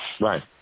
Right